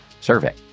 survey